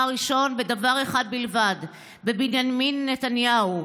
הראשון בדבר אחד בלבד: בבנימין נתניהו.